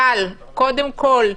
אבל קודם כול,